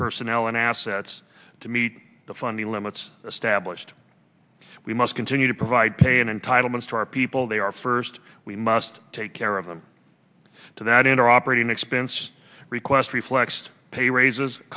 personnel and assets to meet the funding limits established we must continue to provide pay and entitlements to our people they are first we must take care of them to that end our operating expense request reflects pay raises